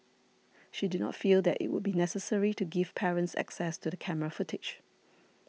she did not feel that it would be necessary to give parents access to the camera footage